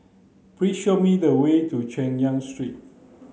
please show me the way to Chay Yan Street